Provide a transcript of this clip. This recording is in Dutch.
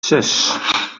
zes